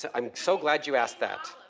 so i'm so glad you asked that.